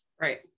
Right